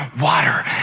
water